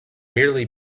merely